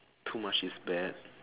too much is bad